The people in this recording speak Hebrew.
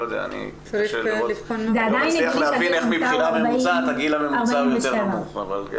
אני לא מצליח להבין איך מבחינה ממוצעת הגיל הממוצע הוא יותר נמוך.